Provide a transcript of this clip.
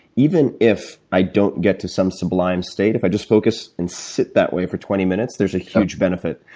even if i don't get to some sublime state, if i just focus and sit that way for twenty minutes, there's a huge benefit,